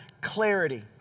clarity